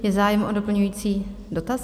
Je zájem o doplňující dotaz?